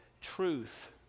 truth